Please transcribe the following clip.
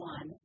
One